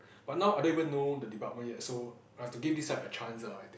but now I don't even know the department yet so I have to give this side a chance ah I think